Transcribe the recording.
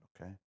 okay